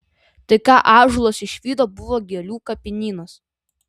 tai ką ąžuolas išvydo buvo gėlių kapinynas